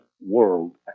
world